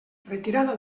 retirada